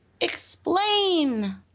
explain